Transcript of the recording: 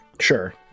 Sure